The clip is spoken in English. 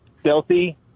stealthy